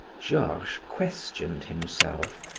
georges questioned himself,